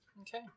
Okay